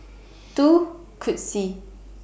two Cutsy